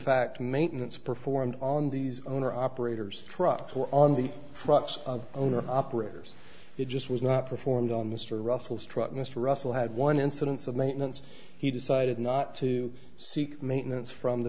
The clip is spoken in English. fact maintenance performed on these owner operators truck or on the trucks of owner operators it just was not performed on mr russell struck mr russell had one incidence of maintenance he decided not to seek maintenance from the